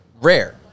Rare